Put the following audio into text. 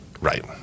Right